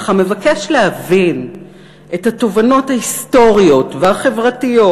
אך המבקש להבין את התובנות ההיסטוריות והחברתיות,